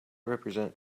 represent